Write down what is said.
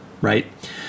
Right